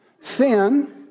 sin